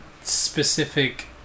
specific